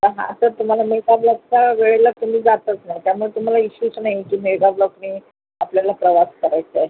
तर हा तर तुम्हाला मेगाब्लॉकच्या वेळेला तुम्ही जातच नाही त्यामुळे तुम्हाला इश्यूच नाही की मेगाब्लॉकने आपल्याला प्रवास करायचा आहे